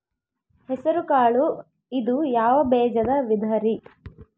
ಹೆಸರುಕಾಳು ಇದು ಯಾವ ಬೇಜದ ವಿಧರಿ?